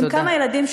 אֵם עם כמה ילדים,